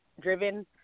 driven